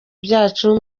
byacu